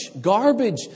garbage